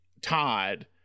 todd